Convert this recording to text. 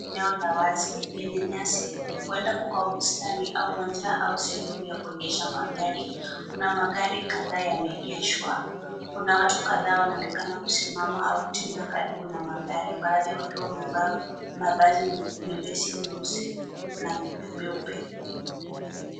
Eneo la wazi lenye nyasi, huenda kukawa bustani au uwanja au sehemu ya kuegesha magari. Kunamagari kadhaa yameegeshwa. Kuna watu kadhaa wanaonekana wamesimama au kutembea karibu na magari, baadhi wakiwa wamevaa mavazi mepesi meusi na meupe.